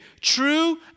True